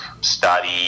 study